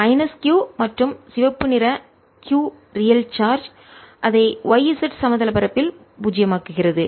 minus q மற்றும் சிவப்பு நிற q ரியல் சார்ஜ் அதை y z சமதள பரப்பில் பூஜ்ஜியமாக்குகிறது